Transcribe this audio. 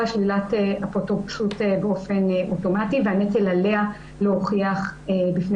שלילת אפוטרופסות באופן אוטומטי והנטל עליה להוכיח בפני